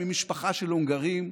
ממשפחה של הונגרים,